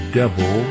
devil